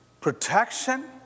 protection